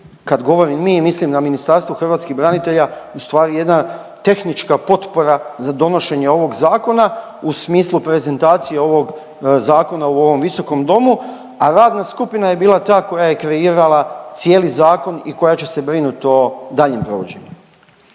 kad govorim mi mislim na Ministarstvo hrvatskih branitelja ustvari jedna tehnička potpora za donošenje ovog zakona u smislu prezentacije ovog zakona u ovom visokom domu, a radna skupina je bila ta koja je kreirala cijeli zakon i koja će se brinut o daljnjem provođenju.